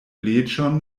leĝon